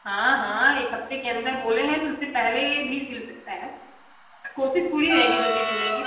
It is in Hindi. हाँ हाँ एक हफ्ते के अंदर बोले हैं तो उससे पहले भी सिल सकता है कोशिश पूरी रहेगी जल्दी सिलने की